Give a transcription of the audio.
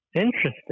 Interesting